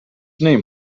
name